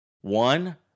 one